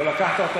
לא הבאת אותן